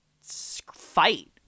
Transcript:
fight